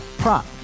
prop